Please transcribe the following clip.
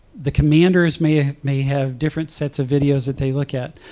the commanders may ah may have different sets of videos that they look at.